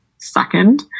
second